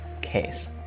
case